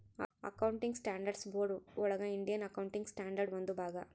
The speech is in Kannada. ಅಕೌಂಟಿಂಗ್ ಸ್ಟ್ಯಾಂಡರ್ಡ್ಸ್ ಬೋರ್ಡ್ ಒಳಗ ಇಂಡಿಯನ್ ಅಕೌಂಟಿಂಗ್ ಸ್ಟ್ಯಾಂಡರ್ಡ್ ಒಂದು ಭಾಗ